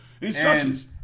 instructions